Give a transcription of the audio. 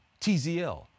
Tzl